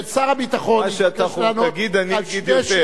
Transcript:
עד שאתה תגיד, אני אגיד יותר.